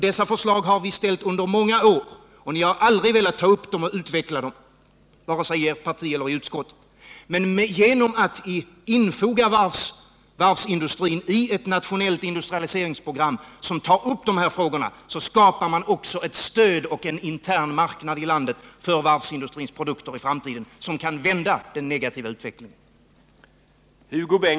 Dessa förslag har vi ställt under många år, men ni har aldrig velat ta upp dem och utveckla dem, vare sig inom ert parti eller i utskottet. Genom att infoga varvsindustrin i ett internationellt industrialiseringsprogram, som tar upp dessa frågor, skapar man ett stöd och för framtiden en intern marknad i landet för varvsindustrins produkter, något som kan vända den negativa utvecklingen.